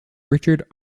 richard